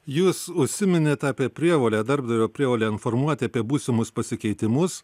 jūs užsiminėt apie prievolę darbdavio prievolę informuoti apie būsimus pasikeitimus